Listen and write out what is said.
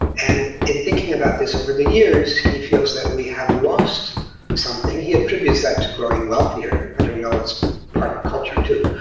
and in thinking about this over the years, he feels that we have lost something. he attributes that to growing wealthier. don't know. it's part of culture too,